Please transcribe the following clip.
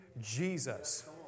Jesus